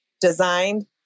designed